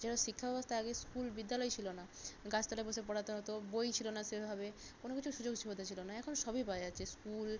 এছাড়াও শিক্ষাব্যবস্থা আগে স্কুল বিদ্যালয় ছিলো না গাছ তলায় বসে পড়াতে হতো বই ছিলো না সেইভাবে কোনো কিছু সুযোগ সুবিধা ছিলো না এখন সবই পাওয়া যাচ্ছে স্কুল